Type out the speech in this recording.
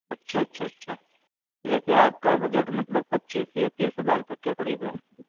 اچھا اچھا اچھا ویسے آپ کا بجٹ مطلب پچیس یا تیس ہزار تک کے قریب ہے